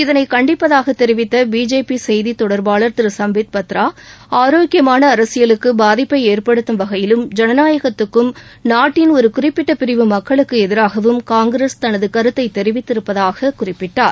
இதனை கண்டிப்பதாக தெரிவித்த பிஜேபி செய்தி தொடர்பாளர் திரு சும்பித் பத்ரா ஆரோக்கியமான அரசியலுக்கு பாதிப்பை ஏற்படுத்தும் வகையிலும் ஜனநாயகத்துக்கும் நாட்டின் ஒரு குறிப்பிட்ட பிரிவு மக்களுக்கு எதிராகவும் காங்கிரஸ் தனது கருத்தை தெரிவித்திருப்பதாக குறிப்பிட்டார்